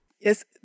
Yes